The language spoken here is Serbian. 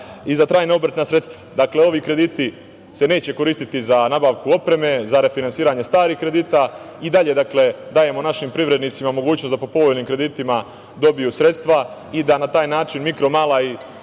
i za trajna obrtna sredstva. Dakle, ovi krediti se neće koristiti za nabavku opreme, za refinansiranje starih kredita. I dalje dajemo našim privrednicima mogućnost da po povoljnim kreditima dobiju sredstva i da na taj način mikro, mala i